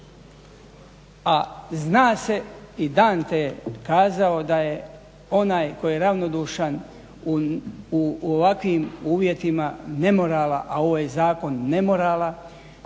A zna se i Dante je kazao da je onaj tko je ravnodušan u ovakvim uvjetima nemorala, a ovo je zakona nemorala,